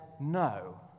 no